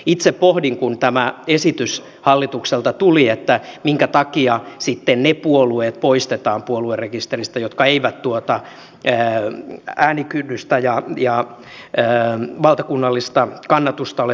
itse pohdin kun tämä esitys hallitukselta tuli että minkä takia sitten ne puolueet poistetaan puoluerekisteristä jotka eivät tuota äänikynnystä ja valtakunnallista kannatusta ole saavuttaneet